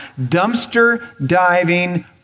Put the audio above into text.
dumpster-diving